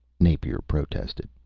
napier protested.